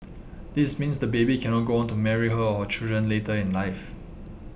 this means the baby cannot go on to marry her or children later in life